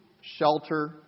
shelter